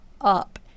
up